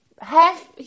half